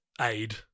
aid